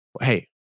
hey